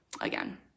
again